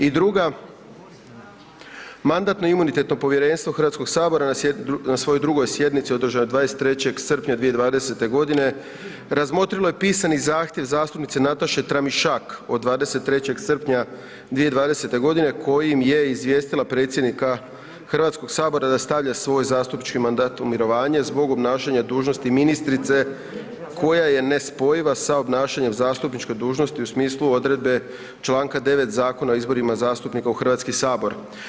I druga, Mandatno-imunitetno povjerenstvo Hrvatskoga sabora na 2. sjednici održanoj 23. srpnja 2020. godine razmotrilo je pisani zahtjev zastupnice Nataše Tramišak od 23. srpnja 2020. godine kojim je izvijestila predsjednika Hrvatskog sabora da stavlja svoj zastupnički mandat u mirovanje zbog obnašanja dužnosti ministrice koja je nespojiva sa obnašanjem zastupničke dužnosti u smislu odredbe čl. 9. Zakona o izborima zastupnika u Hrvatski sabor.